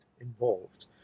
involved